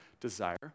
desire